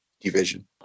division